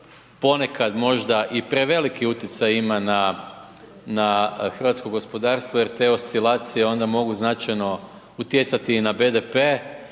Ponekad možda i preveliki utjecaj ima na hrvatsko gospodarstvo jer te oscilacije onda mogu značajno utjecati i na BDP,